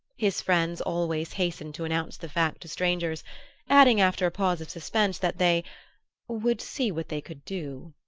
his friends always hastened to announce the fact to strangers adding after a pause of suspense that they would see what they could do.